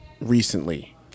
recently